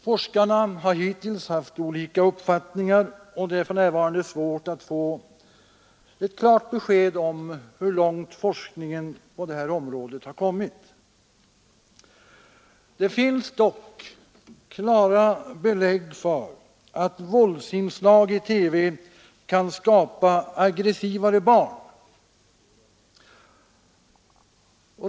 Forskarna har hittills haft olika uppfattningar, och det är för närvarande svårt att få ett klart besked om hur långt forskningen på det här området har kommit. Det finns dock klara belägg för att våldsinslag i TV kan skapa aggressivare barn.